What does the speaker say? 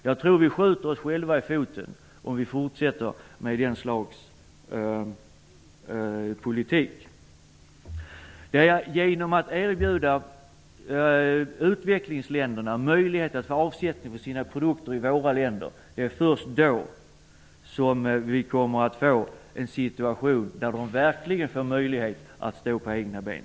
Jag tror att vi skjuter oss själva i foten om vi fortsätter med detta slags politik. Det är först genom att erbjuda utvecklingsländerna möjlighet att få avsättning för sina produkter i våra länder som vi kan få en situation då dessa länder verkligen får möjlighet att stå på egna ben.